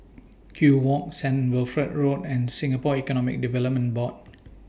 Kew Walk Saint Wilfred Road and Singapore Economic Development Board